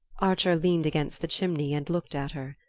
archer leaned against the chimney and looked at her.